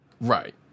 Right